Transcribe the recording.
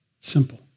Simple